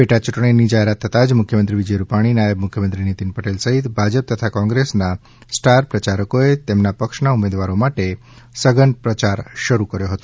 પેટાયૂંટણીની જાહેરાત થતા જ મુખ્યમંત્રી વિજય રૂપાણી નાયબ મુખ્યમંત્રી નીતીન પટેલ સહિત ભાજપ તથા કોંગ્રેસના સ્ટાર પ્રચારકોને પોતાના પક્ષના ઉમેદવારો માટે સઘન પ્રચાર શરૂ કર્યો હતો